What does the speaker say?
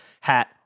hat